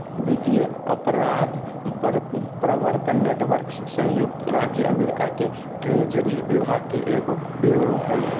वित्तीय अपराध प्रवर्तन नेटवर्क संयुक्त राज्य अमेरिका के ट्रेजरी विभाग के एगो ब्यूरो हइ